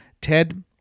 Ted